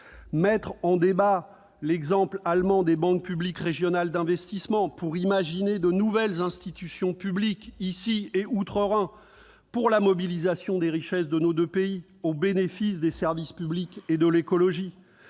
mettre en débat l'exemple allemand des banques publiques régionales d'investissement pour imaginer de nouvelles institutions publiques, ici et outre-Rhin, permettant de mobiliser les richesses de nos deux pays, au bénéfice des services publics et de l'écologie